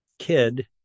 Kid